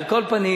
על כל פנים,